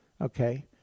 Okay